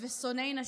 ושונאי נשים.